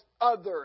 others